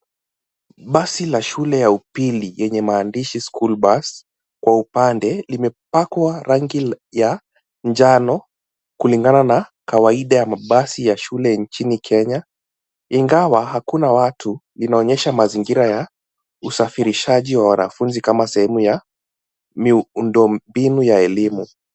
Basi la shule ya upili, yenye maandishi school bus , kwa upande, limepakwa rangi ya njano, kulingana na, kawaida ya mabasi ya shule, nchini Kenya, ingawa, hakuna watu, linaonyesha mazingira ya, usafirishaji wa wanafunzi kama sehemu ya, miundo mbinu ya elimu.